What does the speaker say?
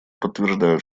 подтверждают